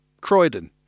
Croydon